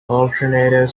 alternative